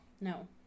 No